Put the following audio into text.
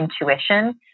intuition